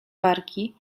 wargi